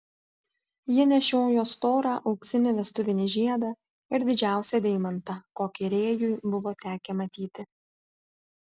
ji nešiojo storą auksinį vestuvinį žiedą ir didžiausią deimantą kokį rėjui buvo tekę matyti